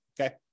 okay